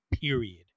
period